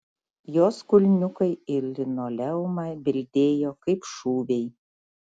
jos kulniukai į linoleumą bildėjo kaip šūviai